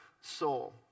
soul